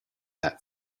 that